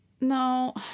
No